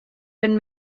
been